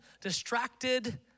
distracted